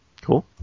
Cool